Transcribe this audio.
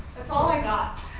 that's all i got.